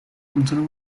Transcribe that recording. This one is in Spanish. conserva